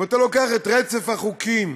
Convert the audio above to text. אם אתה לוקח את רצף החוקים